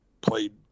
played